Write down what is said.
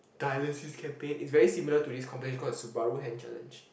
dialysis campaign is very similar to this competition called Subaru hand challenge